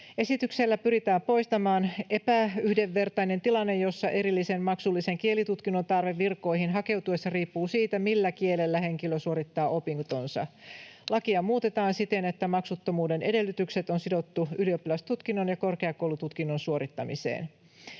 Esityksellä pyritään poistamaan epäyhdenvertainen tilanne, jossa erillisen maksullisen kielitutkinnon tarve virkoihin hakeutuessa riippuu siitä, millä kielellä henkilö suorittaa opintonsa. Lakia muutetaan siten, että maksuttomuuden edellytykset on sidottu ylioppilastutkinnon ja korkeakoulututkinnon suorittamiseen.